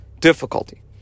difficulty